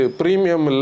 premium